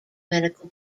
medical